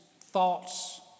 thoughts